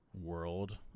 world